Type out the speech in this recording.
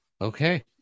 Okay